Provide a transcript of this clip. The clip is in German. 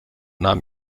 nahm